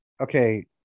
Okay